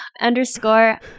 Underscore